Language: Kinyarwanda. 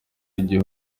igihe